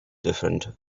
different